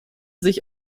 sich